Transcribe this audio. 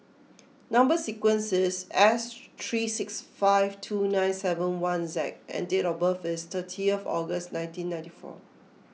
Number Sequence is S three six five two nine seven one Z and date of birth is thirtieth August nineteen ninety four